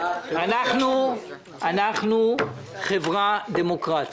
--- אנחנו חברה דמוקרטית,